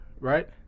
right